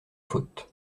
faute